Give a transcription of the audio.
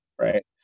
right